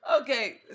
Okay